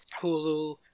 Hulu